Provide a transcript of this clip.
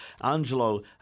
Angelo